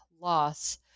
loss